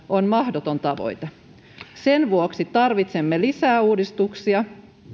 on mahdoton tavoite sen vuoksi tarvitsemme lisää uudistuksia